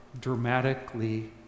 dramatically